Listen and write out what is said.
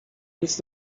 nic